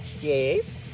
Yes